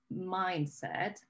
mindset